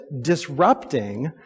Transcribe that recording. disrupting